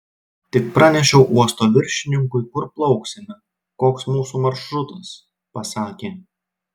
tik pranešiau uosto viršininkui kur plauksime koks mūsų maršrutas pasakė